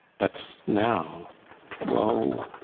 but now woe,